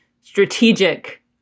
strategic